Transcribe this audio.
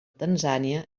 tanzània